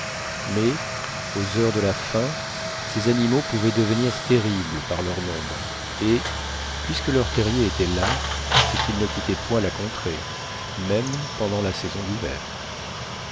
mais aux heures de la faim ces animaux pouvaient devenir terribles par leur nombre et puisque leurs terriers étaient là c'est qu'ils ne quittaient point la contrée même pendant la saison d'hiver